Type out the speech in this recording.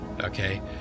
Okay